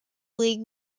league